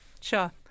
Sure